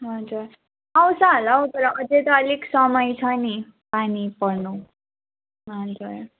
हजुर आउँछ होला हौ तर अझै त अलिक समय छ नि पानी पर्नु हजुर